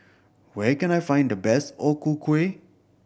where can I find the best O Ku Kueh